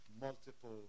multiple